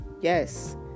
Yes